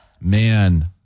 Man